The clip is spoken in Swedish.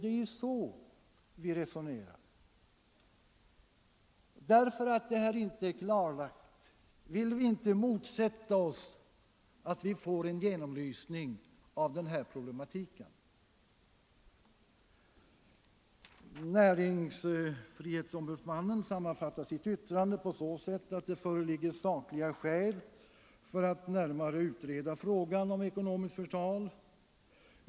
Det är också så vi resonerar. På grund av att dessa problem inte har klarlagts vill vi inte motsätta oss en genomlysning av problematiken. Näringsfrihetsombudsmannen sammanfattar sitt yttrande på så sätt, att det föreligger sakliga skäl för att närmare utreda frågan om ekonomiskt förtal.